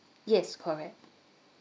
yes correct